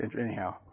anyhow